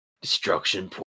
Destruction